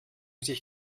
sich